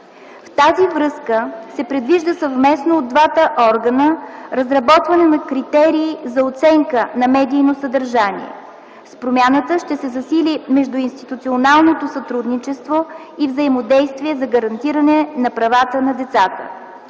В тази връзка се предвижда съвместно, от двата органа, разработване на критерии за оценка на медийно съдържание. С промяната ще се засили междуинституционалното сътрудничество и взаимодействие за гарантиране на правата на децата.